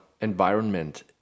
environment